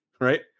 right